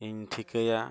ᱤᱧ ᱴᱷᱤᱠᱟᱹᱭᱟ